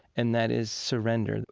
and that is surrender.